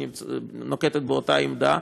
נוקטת את אותה עמדה,